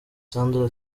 sandra